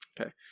Okay